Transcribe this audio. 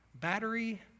battery